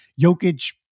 Jokic